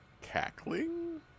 cackling